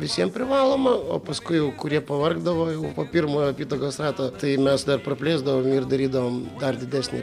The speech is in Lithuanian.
visiem privaloma o paskui jau kurie pavargdavo jau po pirmojo apytakos rato tai mes dar praplėsdavom ir darydavom dar didesnį